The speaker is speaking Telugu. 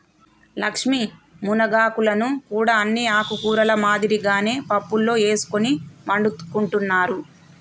లక్ష్మీ మునగాకులను కూడా అన్ని ఆకుకూరల మాదిరిగానే పప్పులో ఎసుకొని వండుకుంటారు